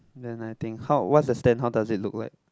then I think how what's the stand how does it look like